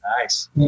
Nice